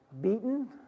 beaten